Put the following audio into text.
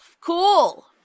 Cool